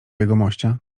jegomościa